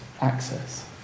access